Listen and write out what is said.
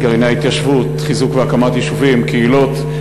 גרעיני ההתיישבות, חיזוק והקמת יישובים, קהילות,